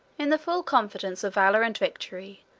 in the full confidence of valor and victory,